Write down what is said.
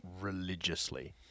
religiously